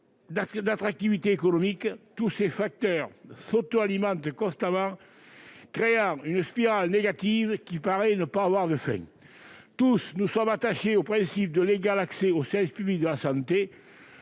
d'attractivité économique : tous ces facteurs s'entre-alimentent constamment, créant une spirale négative qui paraît ne pas avoir de fin. Tous, nous sommes attachés au principe de l'égal accès au service public de la santé.